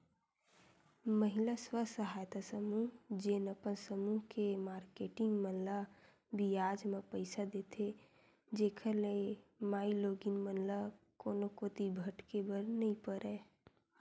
महिला स्व सहायता समूह जेन अपन समूह के मारकेटिंग मन ल बियाज म पइसा देथे, जेखर ले माईलोगिन मन ल कोनो कोती भटके बर नइ परय